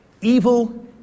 Evil